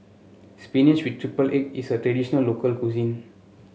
spinach with triple egg is a traditional local cuisine